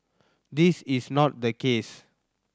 this is not the case